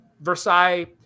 Versailles